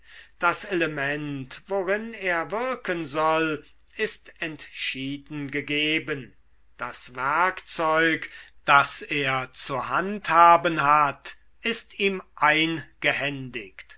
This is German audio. das element worin er wirken soll ist entschieden gegeben das werkzeug das er zu handhaben hat ist ihm eingehändigt